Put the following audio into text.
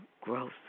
growth